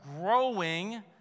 growing